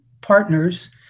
partners